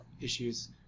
issues